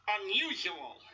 unusual